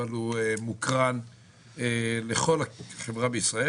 אבל הוא מוקרן לכל החברה בישראל.